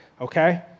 okay